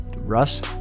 Russ